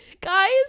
guys